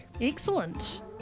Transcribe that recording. Excellent